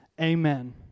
amen